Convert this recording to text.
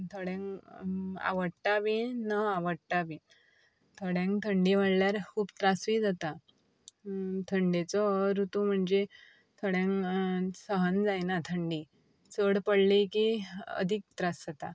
थोड्यांक आवडटा बी नवडटा बी थोड्यांक थंडी म्हणल्यार खूब त्रासूय जाता थंडेचो ऋतू म्हणजे थोड्यांक सहन जायना थंडी चड पडली की अदीक त्रास जाता